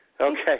Okay